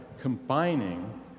combining